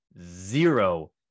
zero